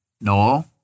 No